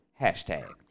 hashtag